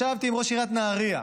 ישבתי עם ראש עיריית נהריה,